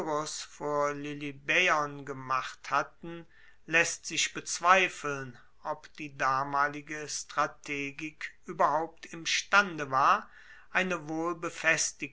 lilybaeon gemacht hatten laesst sich bezweifeln ob die damalige strategik ueberhaupt imstande war eine